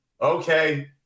okay